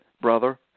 brother